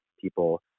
people